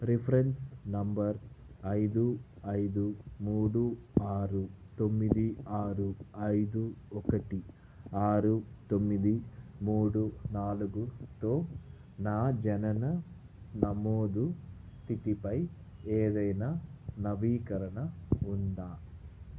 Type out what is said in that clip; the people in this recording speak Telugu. రిఫరెన్స్ నెంబర్ ఐదు ఐదు మూడు ఆరు తొమ్మిది ఆరు ఐదు ఒకటి ఆరు తొమ్మిది మూడు నాలుగుతో నా జనన నమోదు స్థితిపై ఏదైనా నవీకరణ ఉందా